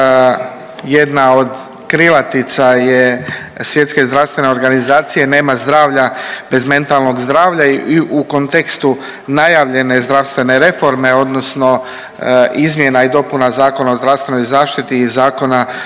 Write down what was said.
Jedna od krilatica je Svjetske zdravstvene organizacije nema zdravlja bez mentalnog zdravlja i u kontekstu najavljene zdravstvene reforme odnosno izmjena i dopuna Zakona o zdravstvenoj zaštiti i Zakona